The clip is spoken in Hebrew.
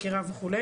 חקירה וכו',